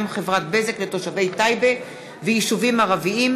מטעם חברת בזק לתושבי טייבה ויישובים ערביים,